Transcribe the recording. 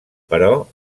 però